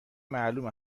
معلومه